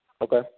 Okay